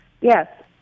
Yes